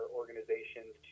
organizations